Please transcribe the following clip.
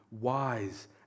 wise